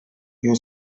you